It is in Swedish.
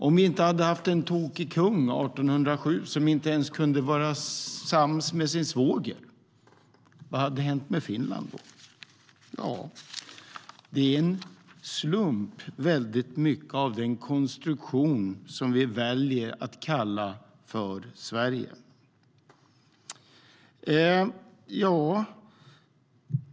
Om vi 1807 inte hade haft en tokig kung som inte ens kunde vara sams med sin svåger, vad hade då hänt med Finland? Väldigt mycket av den konstruktion vi väljer att kalla Sverige är en slump.